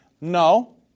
No